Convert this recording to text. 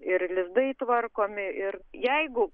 ir lizdai tvarkomi ir jeigu